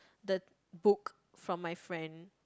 the book from my friend